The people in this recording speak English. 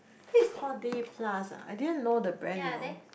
this is called Day Plus ah I didn't know the brand you know